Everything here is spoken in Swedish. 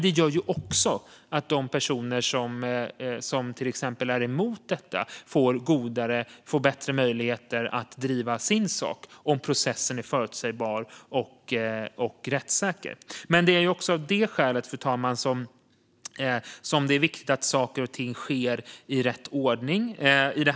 Det gör också att de personer som till exempel är emot detta får bättre möjlighet att driva sin sak. Det är också av detta skäl som det är viktigt att saker och ting sker i rätt ordning.